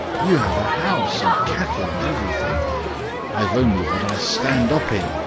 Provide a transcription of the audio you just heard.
you have a house, and cattle, and everything i've only what i stand up in!